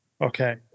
Okay